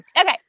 Okay